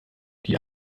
die